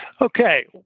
Okay